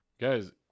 Guys